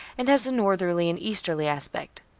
and has a northerly and easterly aspect.